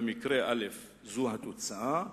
במקרה א' זו התוצאה,